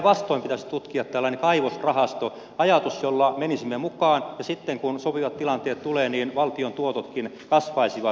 päinvastoin pitäisi tutkia tällainen kaivosrahastoajatus jolla menisimme mukaan ja sitten kun sopivat tilanteet tulevat niin valtion tuototkin kasvaisivat